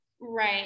Right